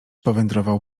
powędrował